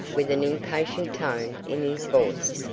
with an impatient tone in his voice.